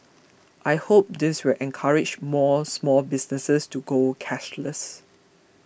I hope this will encourage more small businesses to go cashless